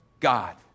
God